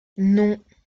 non